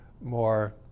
more